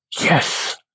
yes